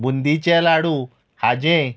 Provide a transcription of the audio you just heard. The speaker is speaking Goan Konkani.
बुंदीचे लाडू खाजें